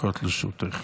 לרשותך.